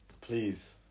Please